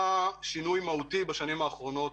היה שינוי מהותי בשנים האחרונות,